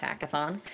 Hackathon